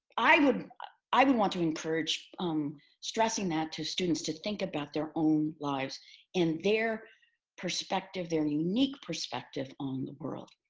i would i would want to encourage stressing that to students to think about their own lives in their perspective, their unique perspective on the world.